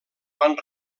van